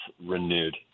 renewed